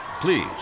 Please